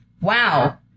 Wow